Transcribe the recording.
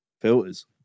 filters